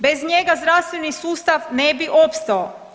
Bez njega zdravstveni sustav ne bi opstao.